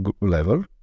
level